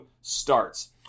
starts